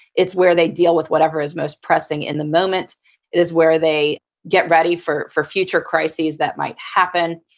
it's where they deal with whatever is most pressing in the moment. it is where they get ready for for future crises that might happen.